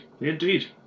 Indeed